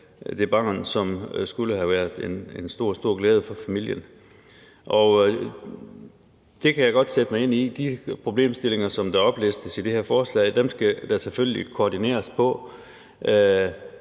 som skulle have været en stor, stor glæde for familien, og det kan jeg godt sætte mig ind i. De problemstillinger, som der oplistes i det her forslag, skal selvfølgelig koordineres,